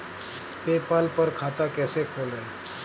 PayPal पर खाता कैसे खोलें?